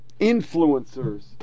influencers